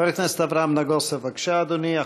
חבר הכנסת אברהם נגוסה, בבקשה, אדוני.